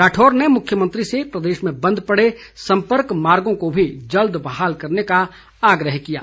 राठौर ने मुख्यमंत्री से प्रदेश में बंद पड़े सम्पर्क मार्गों को भी जल्द बहाल करने का आग्रह किया है